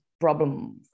problem